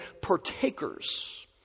partakers